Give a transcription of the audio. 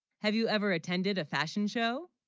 have you ever attended a fashion show